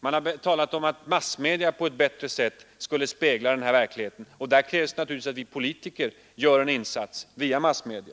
Man har talat om att massmedia på ett bättre sätt skulle spegla verkligheten, och där krävs det naturligtvis att vi politiker gör en insats via massmedia.